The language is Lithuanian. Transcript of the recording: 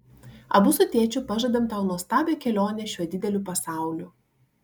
abu su tėčiu pažadam tau nuostabią kelionę šiuo dideliu pasauliu